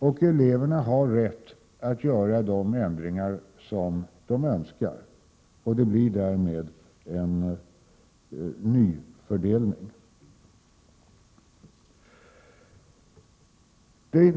Och eleverna har rätt att göra de ändringar som de önskar. Det blir därmed en ny fördelning.